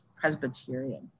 Presbyterian